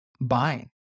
buying